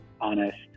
honest